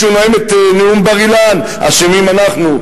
כשהוא נואם את נאום בר-אילן, אשמים אנחנו.